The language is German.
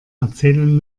erzählen